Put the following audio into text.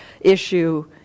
issue